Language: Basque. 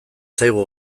zaigu